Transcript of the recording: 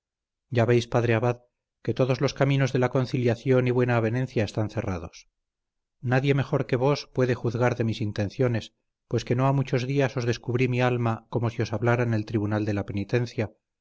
ya veis padre abad que todos los caminos de conciliación y buena avenencia estaban cerrados nadie mejor que vos puede juzgar de mis intenciones pues que no ha muchos días os descubrí mi alma como si os hablara en el tribunal de la penitencia